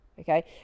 Okay